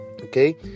okay